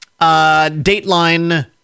dateline